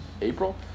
April